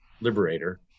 Liberator